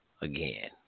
again